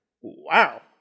Wow